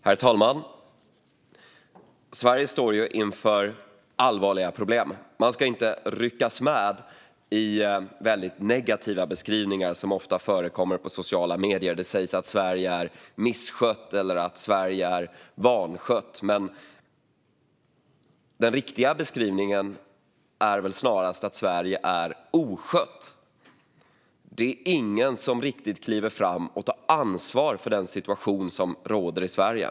Herr talman! Sverige står inför allvarliga problem. Man ska inte ryckas med i de mycket negativa beskrivningar som ofta förekommer på sociala medier, där det sägs att Sverige är misskött eller vanskött. Men den riktiga beskrivningen är väl snarast att Sverige är oskött. Det är ingen som riktigt kliver fram och tar ansvar för den situation som råder i Sverige.